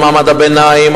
על מעמד הביניים,